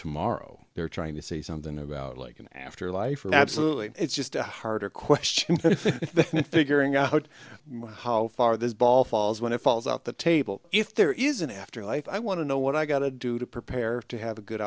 tomorrow they're trying to say something about like an afterlife or absolutely it's just a harder question in figuring out how far this ball falls when it falls out the table if there is an afterlife i want to know what i got to do to prepare to have a good